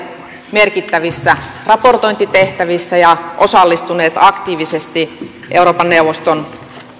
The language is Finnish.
merkittävissä raportointitehtävissä ja osallistuneet aktiivisesti euroopan neuvoston